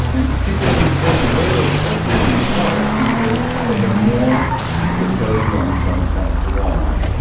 and people can afford to go to those places in part because they have more disposable income thanks to walmart.